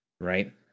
right